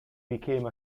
became